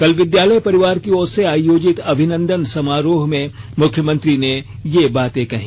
कल विद्यालय परिवार की ओर से आयोजित अभिनंदन समारोह में मुख्यमंत्री ने ये बातें कहीं